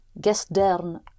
gestern